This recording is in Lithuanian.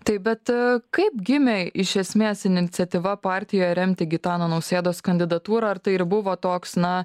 taip bet kaip gimė iš esmės iniciatyva partijoje remti gitano nausėdos kandidatūrą ar tai ir buvo toks na